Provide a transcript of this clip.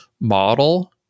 model